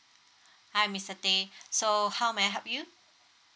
hi mister teh so how may I help you